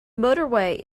motorway